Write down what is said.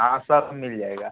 हाँ सब मिल जाएगा